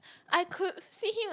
I could see him like